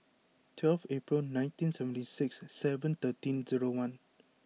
twelve April nineteen seventy six seven thirteen zero one